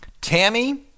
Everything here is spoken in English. tammy